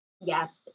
Yes